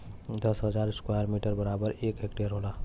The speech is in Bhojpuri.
दस हजार स्क्वायर मीटर बराबर एक हेक्टेयर होला